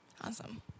Awesome